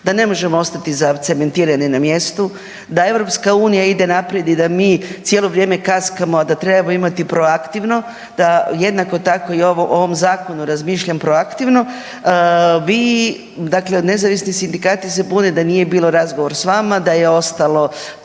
da ne možemo ostati zacementirani na mjestu, da EU ide naprijed i da mi cijelo vrijeme kaskamo, a da trebamo imati proaktivno, da jednako tako o ovom Zakonu razmišljam proaktivno. Vi, dakle nezavisni sindikati se bude da nije bilo razgovor s vama, da je ostalo